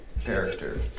character